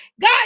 God